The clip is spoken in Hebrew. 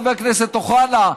חבר הכנסת אוחנה,